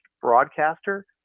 broadcaster